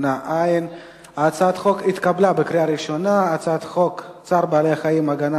ההצעה להעביר את הצעת חוק צער בעלי-חיים (הגנה